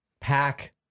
Pack